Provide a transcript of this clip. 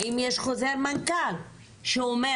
האם יש חוזר מנכ"ל שאומר: